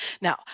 Now